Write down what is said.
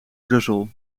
brussel